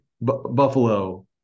buffalo